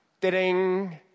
ding